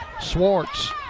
Swartz